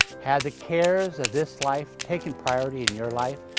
have the cares of this life taken priority in your life?